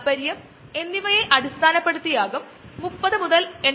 hybridomas തന്നെ വികസിപ്പിച്ചെടുത്തതു 70 ന്റെ പകുതിയിൽ കൊയ്ലർ ആൻഡ് മിൽസ്റ്റെൻ ആണ്